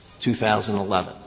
2011